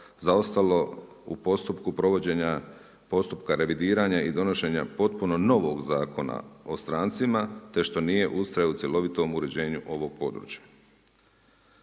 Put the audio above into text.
zaostalo u postupku provođenja postupka revidiranja i donošenja potpuno novog Zakona o strancima, te što nije ustrajao u cjelovitom uređenju ovoga područja.